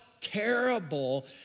terrible